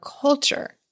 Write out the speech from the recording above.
culture